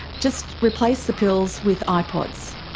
just replace the pills with ipods,